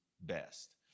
best